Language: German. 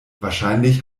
wahrscheinlich